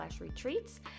retreats